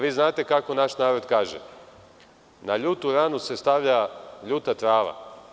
Vi znate kako naš narod kaže – na ljutu ranu se stavlja ljuta trava.